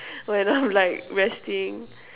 when I'm like resting